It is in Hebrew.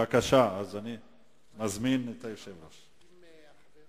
אני קובע שההצעה לסדר-היום תידון בוועדת הפנים